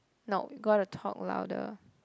no gotta talk louder